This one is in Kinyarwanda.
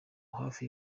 hafi